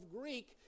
Greek